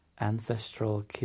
ancestral